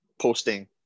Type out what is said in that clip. posting